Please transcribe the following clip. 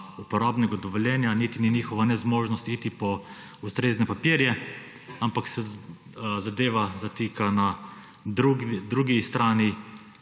uporabnega dovoljenja, niti ni njihova nezmožnost iti po ustrezne papirje, ampak se zadeva zatika na drugi strani.